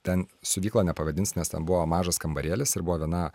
ten siuvykla nepavadinsi nes ten buvo mažas kambarėlis ir buvo viena